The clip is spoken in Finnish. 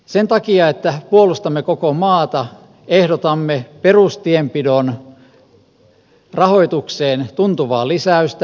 sen takia että puolustamme koko maata ehdotamme perustienpidon rahoitukseen tuntuvaa lisäystä